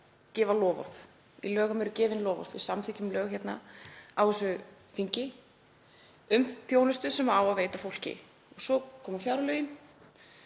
gefa loforð. Í lögum eru gefin loforð. Við samþykkjum lög á þessu þingi um þjónustu sem á að veita fólki. Svo koma fjárlögin